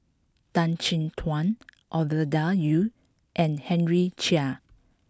Tan Chin Tuan Ovidia Yu and Henry Chia